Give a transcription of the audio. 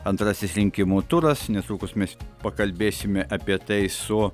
antrasis rinkimų turas netrukus mes pakalbėsime apie tai su